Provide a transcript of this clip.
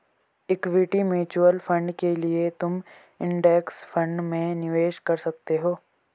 equity mutual fund के लिए तुम इंडेक्स फंड में निवेश कर सकते हो